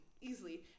Easily